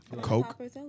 Coke